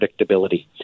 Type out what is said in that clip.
predictability